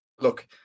Look